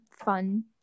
fun